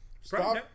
Stop